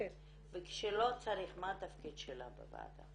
וכשלא צריך מה התפקיד שלה בוועדה?